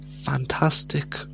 Fantastic